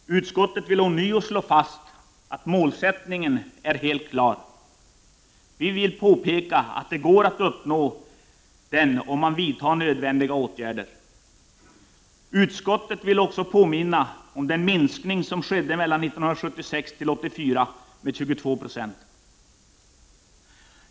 Utskottet vill ånyo slå fast att målet ligger fast och vill påpeka att det går att uppnå det om man vidtar nödvändiga åtgärder. Utskottet vill också påminna om den minskning på 2296 som skedde 1976-1984.